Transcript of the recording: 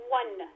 one